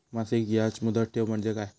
मासिक याज मुदत ठेव म्हणजे काय?